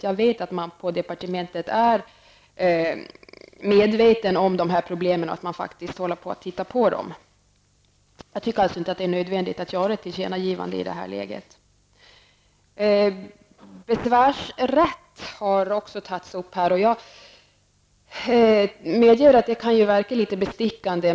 Jag vet att man på departementet är medveten om de här problemen och att man där håller på att gå igenom dem. Jag tycker alltså inte att det är nödvändigt att göra ett tillkännagivande i det här läget. Även besvärsrätten för den som berörs av sekretesskyddade uppgifter har tagits upp. Jag medger att det kan verka litet bestickande.